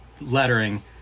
lettering